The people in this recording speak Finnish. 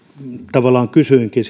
tavallaan kysyinkin